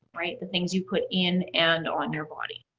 right? the things you put in and on your body.